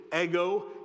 ego